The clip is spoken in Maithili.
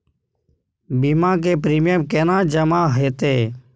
बीमा के प्रीमियम केना जमा हेते?